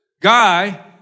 guy